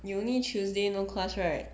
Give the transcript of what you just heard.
you only tuesday no class right